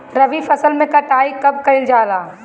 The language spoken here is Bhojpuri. रबी फसल मे कटाई कब कइल जाला?